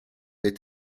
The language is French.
est